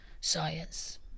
science